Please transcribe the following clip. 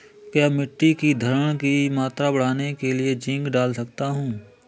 क्या मिट्टी की धरण की मात्रा बढ़ाने के लिए जिंक डाल सकता हूँ?